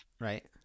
Right